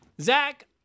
Zach